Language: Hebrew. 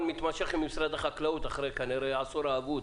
מתמשך עם משרד החקלאות אחרי העשור האבוד.